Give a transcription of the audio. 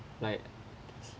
like